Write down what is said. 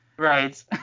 Right